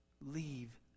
leave